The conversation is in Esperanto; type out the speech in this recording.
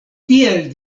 tiel